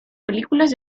películas